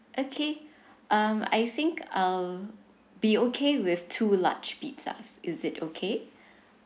okay um I think uh be okay with two large pizzas is it okay